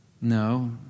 No